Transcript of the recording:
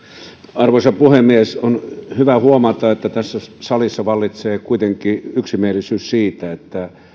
arvoisa puhemies on hyvä huomata että tässä salissa vallitsee kuitenkin yksimielisyys siitä että